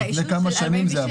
זה היה